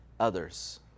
others